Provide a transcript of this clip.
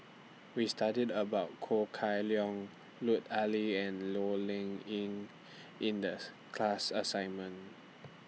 We studied about Ho Kah Leong Lut Ali and Low Ing Sing in This class assignment